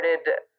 started